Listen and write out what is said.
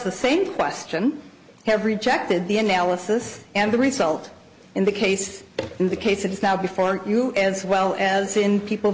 the same question have rejected the analysis and the result in the case in the case it is now before you as well as in people